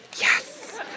Yes